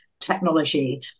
technology